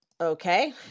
Okay